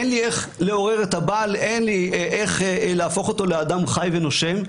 אין איך לעורר את הבעל ואין איך להפוך אותו לאדם חי ונושם,